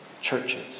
churches